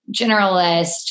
generalist